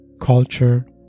culture